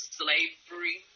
slavery